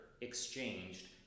exchanged